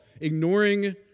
ignoring